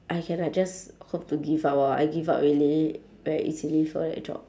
I can like just hope to give up orh I give up really very easily for that job